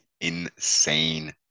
insane